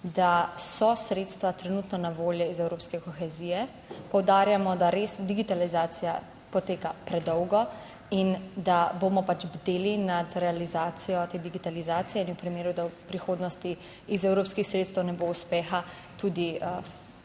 da so sredstva trenutno na voljo iz evropske kohezije. Poudarjamo, da res digitalizacija poteka predolgo in da bomo pač bdeli nad realizacijo te digitalizacije. In v primeru, da v prihodnosti iz evropskih sredstev ne bo uspeha, tudi